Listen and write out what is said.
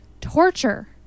torture